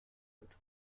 wird